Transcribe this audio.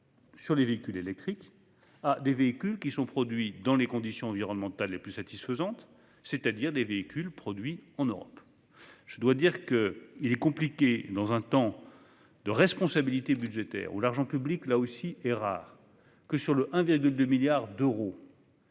sur les véhicules électriques à ceux qui sont produits dans les conditions environnementales les plus satisfaisantes, c'est-à-dire à des véhicules produits en Europe. Je dois dire qu'il est compliqué, dans un temps de responsabilité budgétaire où l'argent public est rare, de voir que, sur 1,2 milliard d'euros